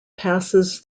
passes